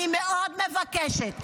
אני מאוד מבקשת,